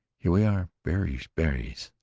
here we are berries, berries.